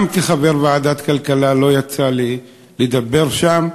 גם כחבר ועדת הכלכלה לא יצא לי לדבר שם,